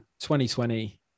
2020